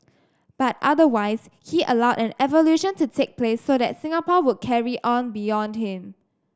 but otherwise he allowed an evolution to take place so that Singapore would carry on beyond him